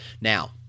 Now